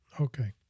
Okay